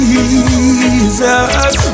Jesus